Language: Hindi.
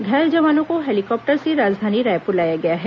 घायल जवानों को हेलीकॉप्टर से राजधानी रायपुर लाया गया है